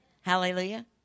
Hallelujah